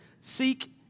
seek